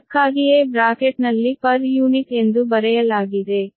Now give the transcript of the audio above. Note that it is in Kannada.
ಅದಕ್ಕಾಗಿಯೇ ಬ್ರಾಕೆಟ್ನಲ್ಲಿ ಪರ್ ಯೂನಿಟ್ ಎಂದು ಬರೆಯಲಾಗಿದೆ